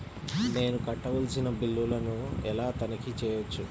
నేను కట్టవలసిన బిల్లులను ఎలా తనిఖీ చెయ్యవచ్చు?